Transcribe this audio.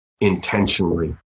intentionally